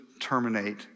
terminate